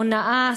הונאה,